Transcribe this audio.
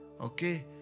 Okay